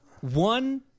one